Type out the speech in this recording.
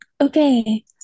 Okay